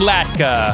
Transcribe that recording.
Latka